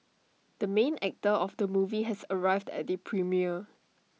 the main actor of the movie has arrived at the premiere